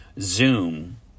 Zoom